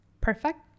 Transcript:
perfect